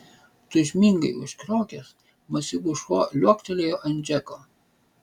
tūžmingai užkriokęs masyvus šuo liuoktelėjo ant džeko